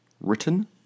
Written